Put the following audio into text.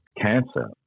cancer